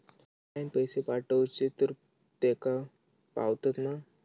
Online पैसे पाठवचे तर तेका पावतत मा?